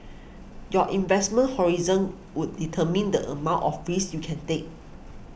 your investment horizon would determine the amount of frays you can take